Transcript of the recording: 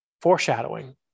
foreshadowing